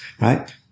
Right